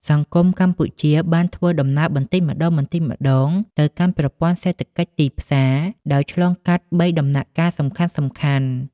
សង្គមកម្ពុជាបានធ្វើដំណើរបន្តិចម្តងៗទៅកាន់ប្រព័ន្ធសេដ្ឋកិច្ចទីផ្សារ ដោយឆ្លងកាត់បីដំណាក់កាលសំខាន់ៗ។